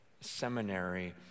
seminary